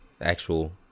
actual